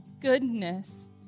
goodness